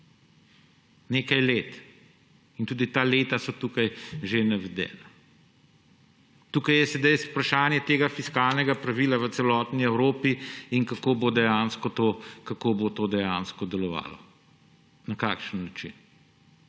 Nekaj let, in tudi ta leta so tukaj že navedena. Tukaj je sedaj vprašanje tega fiskalnega pravila v celotni Evropi in kako bo to dejansko delovalo, na kakšen način